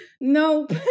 nope